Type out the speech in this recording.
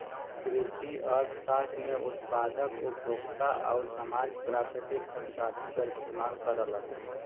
कृषि अर्थशास्त्र में उत्पादक, उपभोक्ता आउर समाज प्राकृतिक संसाधन क इस्तेमाल करलन